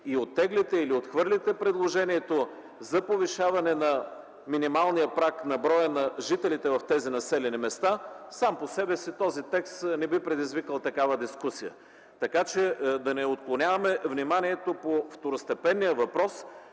оттеглите или отхвърлите предложението за повишаване на минималния праг на броя на жителите в тези населени места, сам по себе си този текст не би предизвикал такава дискусия. Така че да не отклоняваме вниманието по второстепенния въпрос.